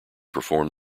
performed